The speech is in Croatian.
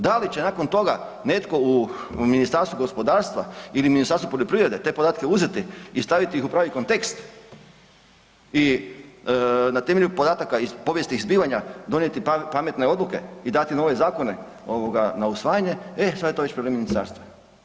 Da li će nakon toga netko u Ministarstvu gospodarstva ili u Ministarstvo poljoprivrede te podatke uzeti i staviti ih u pravi kontekst i na temelju podataka i povijesnih zbivanja donijeti pametne odluke i dati nove zakone na usvajanje, e sada je to već problem ministarstva.